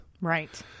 Right